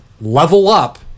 level-up